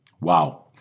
Wow